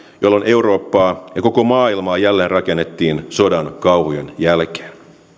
jolloin eurooppaa ja koko maailmaa jälleenrakennettiin sodan kauhujen jälkeen